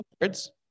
words